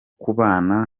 kubana